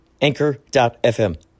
Anchor.fm